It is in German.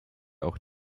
auch